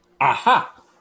Aha